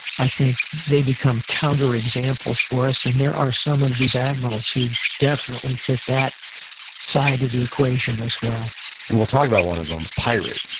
i think, they become counter examples for us. and there are some of these admirals who definitely fit that side of the equation as well and we'll talk about one of them, pirate.